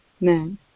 Man